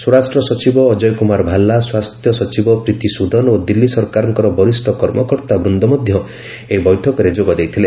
ସ୍ୱରାଷ୍ଟ୍ର ସଚିବ ଅଜୟ କୁମାର ଭାଲା ସ୍ୱାସ୍ଥ୍ୟ ସଚିବ ପ୍ରୀତି ସୁଦନ ଓ ଦିଲ୍ଲୀ ସରକାରଙ୍କର ବରିଷ୍ଣ କର୍ମକର୍ତ୍ତାବୃନ୍ଦ ମଧ୍ୟ ଏହି ବୈଠକରେ ଯୋଗ ଦେଇଥିଲେ